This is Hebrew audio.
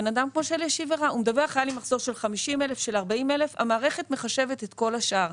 בן האדם מדווח: "היה לי מחסור של 50,000 ₪" והמערכת מחשבת את כל השאר.